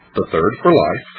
the third for life,